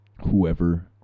whoever